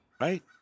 Right